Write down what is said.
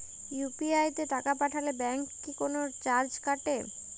UPI তে টাকা পাঠালে ব্যাংক কি কোনো চার্জ কাটে?